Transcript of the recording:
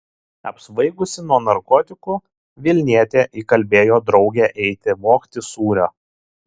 apsvaigusi nuo narkotikų vilnietė įkalbėjo draugę eiti vogti sūrio